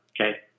okay